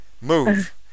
Move